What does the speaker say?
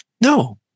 no